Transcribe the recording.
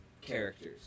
characters